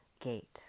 gate